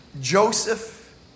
Joseph